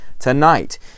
Tonight